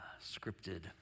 scripted